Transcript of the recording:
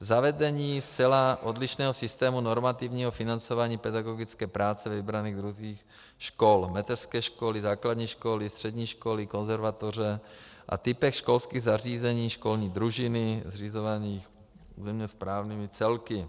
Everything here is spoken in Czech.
Zavedení zcela odlišného systému normativního financování pedagogické práce ve vybraných druzích škol, mateřské školy, základní školy, střední školy, konzervatoře, typech školských zařízení, školní družiny zřizované územně správními celky.